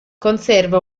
conserva